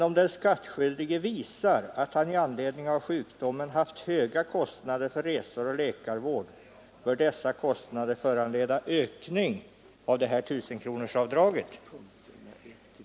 Om den skattskyldige visar att han i anledning av sjukdomen haft höga kostnader för resor och läkarvård, kan dessa kostnader emellertid föranleda ökning av 1 000 kronorsavdraget.